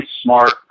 smart